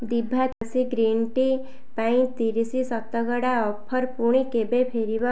ଦିଭା Tulsi green tea ପାଇଁ ତିରିଶି ଶତକଡ଼ା ଅଫର୍ ପୁଣି କେବେ ଫେରିବ